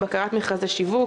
בקרת מכרזי שיווק,